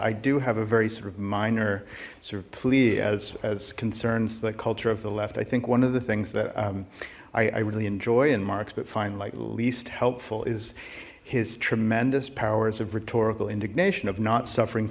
i do have a very sort of minor sort of plea as as concerns the culture of the left i think one of the things that i really enjoy in marks but fine like least helpful is his tremendous powers of rhetorical indignation of not suffering